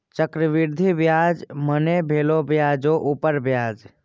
चक्रवृद्धि ब्याज मने भेलो ब्याजो उपर ब्याज